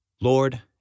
Lord